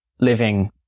living